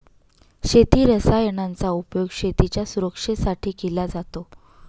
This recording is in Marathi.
शेती रसायनांचा उपयोग शेतीच्या सुरक्षेसाठी केला जातो